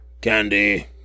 Candy